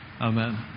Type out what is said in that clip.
amen